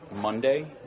Monday